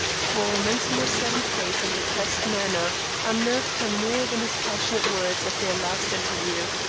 for mensmore's saddened face and depressed manner unnerved her more than his passionate words at their last interview.